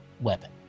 weapon